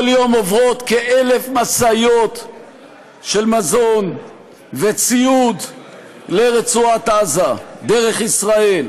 כל יום עוברות כ-1,000 משאיות של מזון וציוד לרצועת עזה דרך ישראל,